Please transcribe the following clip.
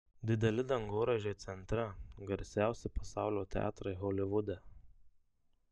dideli dangoraižiai centre garsiausi pasaulio teatrai holivude